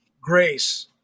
grace